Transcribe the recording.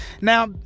Now